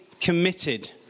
committed